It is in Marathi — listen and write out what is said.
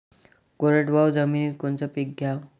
कोरडवाहू जमिनीत कोनचं पीक घ्याव?